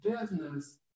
business